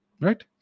Right